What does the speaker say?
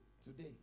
today